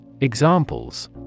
Examples